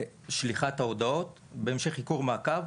שליחת ההודעות ובהמשך מעקב.